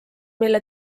mille